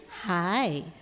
Hi